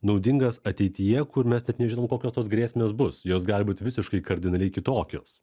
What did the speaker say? naudingas ateityje kur mes net nežinom kokios tos grėsmės bus jos gali būt visiškai kardinaliai kitokios